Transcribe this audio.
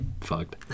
fucked